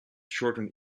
shortened